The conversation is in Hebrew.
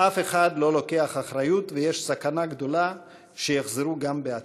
אף אחד לא לוקח אחריות ויש סכנה גדולה שיחזרו גם בעתיד.